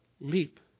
Leap